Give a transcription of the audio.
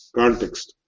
context